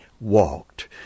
walked